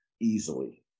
easily